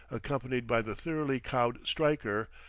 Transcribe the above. accompanied by the thoroughly cowed stryker,